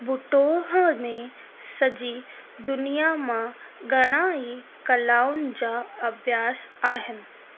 बुटोह में सॼी दुनिया मां घणा ई कलाउनि जा अभ्यास आहिनि